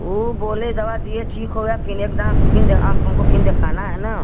वो बोले दवा दिए ठीक हो गया फिर एक दाँव फिर आँख हमको फिर दिखाना है ना